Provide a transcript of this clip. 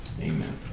Amen